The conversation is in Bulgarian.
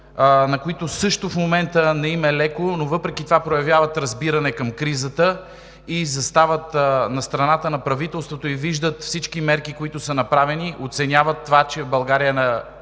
на които също в момента не им е леко, но въпреки това проявяват разбиране към кризата и застават на страната на правителството и виждат всички мерки, които са направени, оценяват, че България е на